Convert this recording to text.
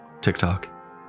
tiktok